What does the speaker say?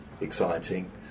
exciting